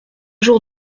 jours